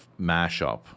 Mashup